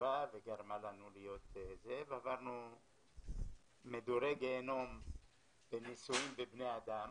עברנו מדורי גיהינום בניסויים בבני אדם